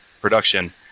production